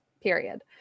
period